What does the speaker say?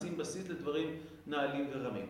נעשים בסיס לדברים נעלים ורמים